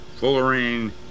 fullerene